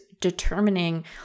determining